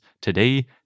today